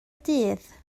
dydd